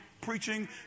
preaching